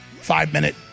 five-minute